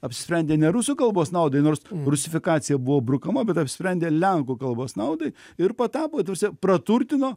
apsisprendė ne rusų kalbos naudai nors rusifikacija buvo brukama bet apsprendė lenkų kalbos naudai ir patapo ta prasme praturtino